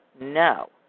No